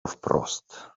wprost